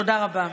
תודה רבה.